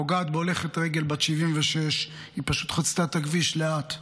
פוגעת בהולכת רגל בת 76. היא פשוט חצתה את הכביש לאט.